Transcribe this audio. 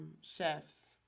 chefs